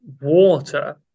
water